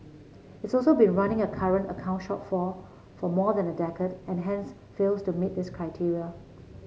it's also been running a current account shortfall for more than a decade and hence fails to meet this criteria